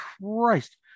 Christ